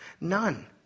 None